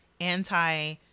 anti